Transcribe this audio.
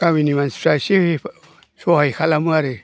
गामिनि मानसिफ्रा एसे सहाय खालामो आरो